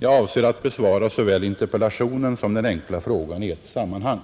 Jag avser att besvara såväl interpellationen som den enkla frågan i ett sammanhang.